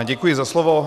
Děkuji za slovo.